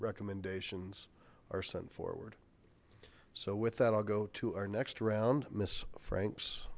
recommendations are sent forward so with that i'll go to our next round miss franks